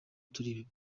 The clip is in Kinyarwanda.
turi